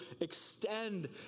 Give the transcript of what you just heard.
extend